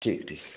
ठीक है ठीक है